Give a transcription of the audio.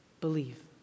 Believe